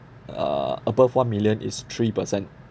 uh above one million is three percent